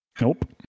Nope